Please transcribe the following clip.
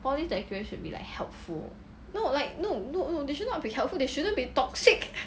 no like no no no they should not be helpful they shouldn't be toxic